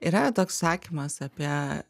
yra toks sakymas apie